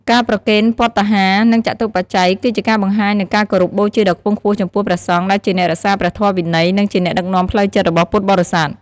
ការប្រគេនភត្តាហារ និងចតុបច្ច័យ គឺជាការបង្ហាញនូវការគោរពបូជាដ៏ខ្ពង់ខ្ពស់ចំពោះព្រះសង្ឃ ដែលជាអ្នករក្សាព្រះធម៌វិន័យ និងជាអ្នកដឹកនាំផ្លូវចិត្តរបស់ពុទ្ធបរិស័ទ។